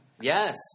Yes